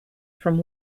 from